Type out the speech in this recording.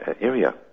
area